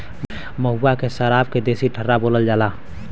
महुआ के सराब के देसी ठर्रा बोलल जाला